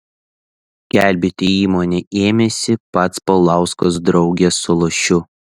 gelbėti įmonę ėmėsi pats paulauskas drauge su lošiu